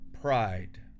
pride